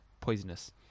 poisonous